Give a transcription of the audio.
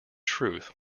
truth